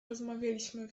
rozmawialiśmy